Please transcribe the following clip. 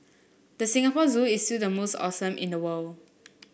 the Singapore Zoo is still the most awesome in the world